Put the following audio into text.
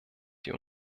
die